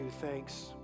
thanks